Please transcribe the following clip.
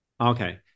okay